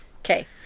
Okay